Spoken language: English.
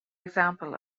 example